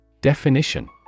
Definition